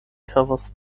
covers